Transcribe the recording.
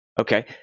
Okay